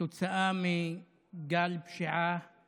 כתוצאה מגל פשיעה